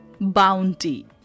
bounty